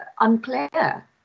unclear